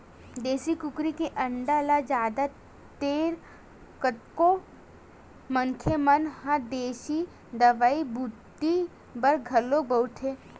देसी कुकरी के अंडा ल जादा तर कतको मनखे मन ह देसी दवई बूटी बर घलोक बउरथे